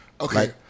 Okay